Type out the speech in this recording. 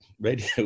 Radio